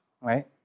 right